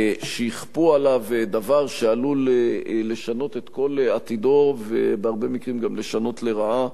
שיכפו עליו דבר שעלול לשנות את כל עתידו ובהרבה פעמים גם לשנות לרעה,